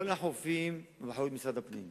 כל החופים באחריות משרד הפנים.